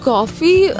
Coffee